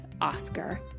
Oscar